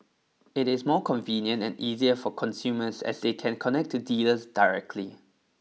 it is more convenient and easier for consumers as they can connect to dealers directly